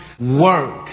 work